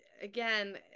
again